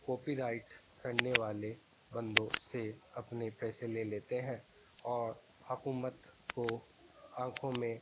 copy right کرنے والے بندوں سے اپنے پیسے لے لیتے ہیں اور حکومت کو آنکھوں میں